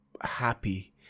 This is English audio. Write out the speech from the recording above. Happy